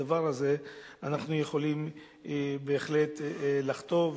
בדבר הזה אנחנו יכולים בהחלט לחטוא,